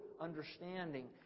understanding